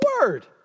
word